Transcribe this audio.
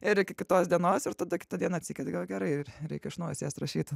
ir iki kitos dienos ir tada kitą dieną atsikeli ir vėl gerai reikia iš naujo sėst rašyt